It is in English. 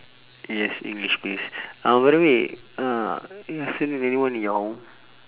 yes english please uh by the way uh you have seen anyone in your